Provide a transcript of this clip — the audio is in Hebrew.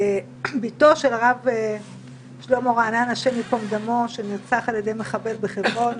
בתו של הרב שלמה רעננה השם יקום דמו שנרצח על ידי מחבל בחברון